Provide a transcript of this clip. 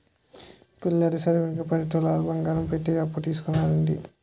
పిల్లాడి సదువుకి ఈ పది తులాలు బంగారం పెట్టి అప్పు తీసుకురండి